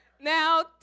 Now